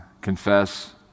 confess